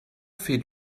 fait